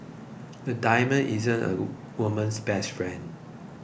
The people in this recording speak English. the diamond is a woman's best friend